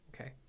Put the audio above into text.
okay